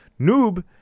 Noob